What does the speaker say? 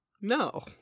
No